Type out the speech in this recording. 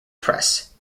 press